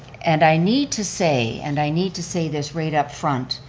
and i need to say, and i need to say this right up front,